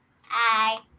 Hi